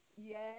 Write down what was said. yes